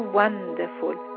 wonderful